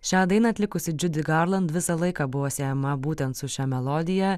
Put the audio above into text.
šią dainą atlikusi džiudi garland visą laiką buvo siejama būtent su šia melodija